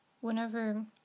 Whenever